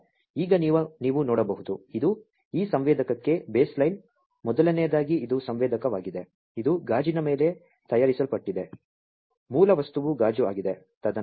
ಆದ್ದರಿಂದ ಈಗ ನೀವು ನೋಡಬಹುದು ಇದು ಈ ಸಂವೇದಕಕ್ಕೆ ಬೇಸ್ ಲೈನ್ ಮೊದಲನೆಯದಾಗಿ ಇದು ಸಂವೇದಕವಾಗಿದೆ ಇದು ಗಾಜಿನ ಮೇಲೆ ತಯಾರಿಸಲ್ಪಟ್ಟಿದೆ ಮೂಲ ವಸ್ತುವು ಗಾಜು ಆಗಿದೆ